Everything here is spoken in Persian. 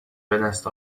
بدست